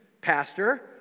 Pastor